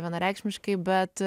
vienareikšmiškai bet